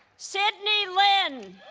sidney lin